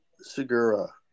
Segura